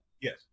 Yes